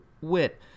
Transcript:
wit